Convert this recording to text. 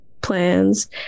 plans